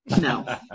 no